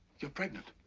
you're pregnant?